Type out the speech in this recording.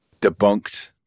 debunked